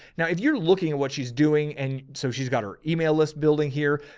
now, if you're looking at what she's doing, and so she's got her email list building here,